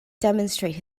demonstrate